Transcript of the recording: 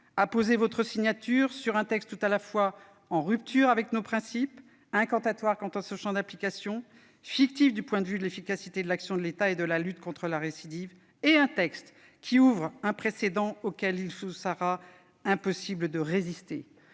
apposer votre signature sur une loi tout à la fois en rupture avec nos principes, incantatoire quant à son champ d'application, fictive du point de vue de l'efficacité de l'action de l'État et de la lutte contre la récidive et qui ouvre un précédent auquel il sera impossible de résister